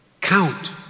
count